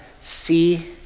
see